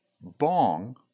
bong